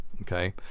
Okay